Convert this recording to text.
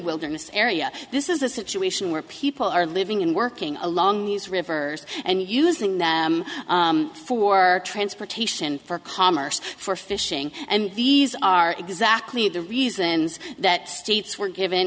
wilderness area this is a situation where people are living and working along these rivers and using them for transportation for commerce for fishing and these are exactly the reasons that states were given